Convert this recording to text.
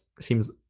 seems